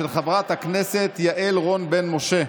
של חברת הכנסת יעל רון בן משה.